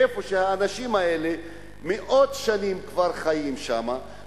איפה שהאנשים האלה כבר חיים מאות שנים,